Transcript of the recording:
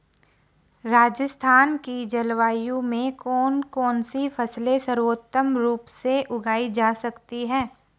राजस्थान की जलवायु में कौन कौनसी फसलें सर्वोत्तम रूप से उगाई जा सकती हैं?